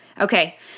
Okay